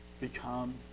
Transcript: become